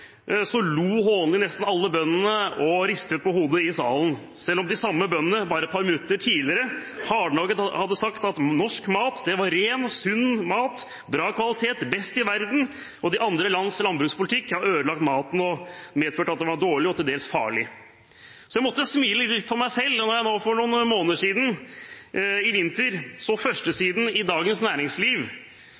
så lo nesten alle bøndene i salen hånlig og ristet på hodet, selv om de samme bøndene bare et par minutter tidligere hardnakket hadde sagt at norsk mat var ren og sunn mat, bra kvalitet, best i verden, og at andre lands landbrukspolitikk hadde ødelagt maten og medført at den var dårlig og til dels farlig. Så jeg måtte smile litt for meg selv da jeg i vinter, for noen måneder siden, så førstesiden av Dagens Næringsliv.